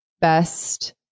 best